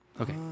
okay